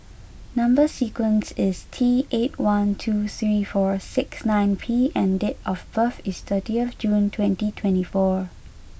number sequence is T eight one two three four six nine P and date of birth is thirty June twenty twenty four